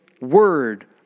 word